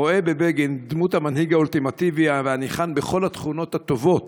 הרואה בבגין את דמות המנהיג האולטימטיבי הניחן בכל התכונות הטובות